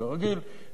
כרגיל,